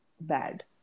bad